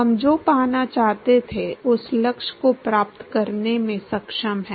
हम जो पाना चाहते थे उस लक्ष्य को प्राप्त करने में सक्षम हैं